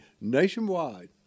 nationwide